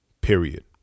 Period